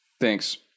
Thanks